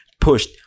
pushed